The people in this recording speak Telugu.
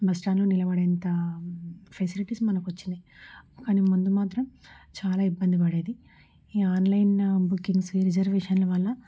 బస్టాండ్లో నిలబడేంత ఫెసిలిటీస్ మనకొచ్చాయి కానీ ముందు మాత్రం చాలా ఇబ్బంది పడేది ఈ ఆన్లైన్ బుకింగ్స్ రిజర్వేషన్ల వల్ల